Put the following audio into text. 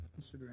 Instagram